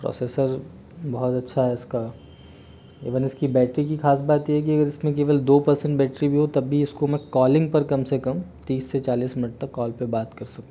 processor बहुत अच्छा है इसका इवन इसकी बैटरी की खास बात ये है अगर इसमें केवल दो पर्सेंट बैटरी भी हो तब भी इसको मैं कॉलिंग पर कम से कम तीस से चालीस मिनट तक कॉल पे बात कर सकता हूँ